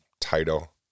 title